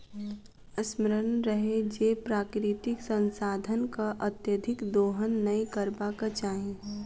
स्मरण रहय जे प्राकृतिक संसाधनक अत्यधिक दोहन नै करबाक चाहि